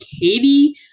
Katie